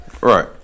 Right